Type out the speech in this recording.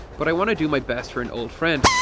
but i wanna do my best for an old friend.